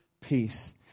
peace